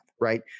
right